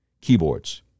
keyboards